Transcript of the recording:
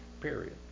period